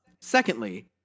Secondly